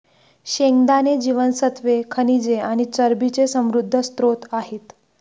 शेंगदाणे जीवनसत्त्वे, खनिजे आणि चरबीचे समृद्ध स्त्रोत आहेत